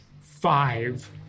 five